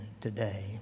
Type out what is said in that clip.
today